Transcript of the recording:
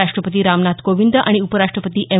राष्ट्रपती रामनाथ कोविंद आणि उपराष्टपती एम